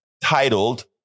titled